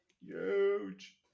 Huge